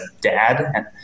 dad